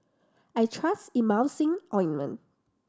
I trust Emulsying Ointment